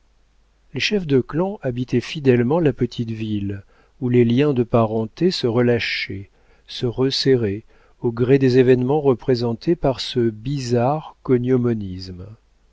les chefs de clan habitaient fidèlement la petite ville où les liens de parenté se relâchaient se resserraient au gré des événements représentés par ce bizarre